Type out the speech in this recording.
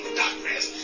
darkness